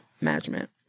management